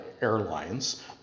airlines